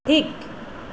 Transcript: ᱴᱷᱤᱠ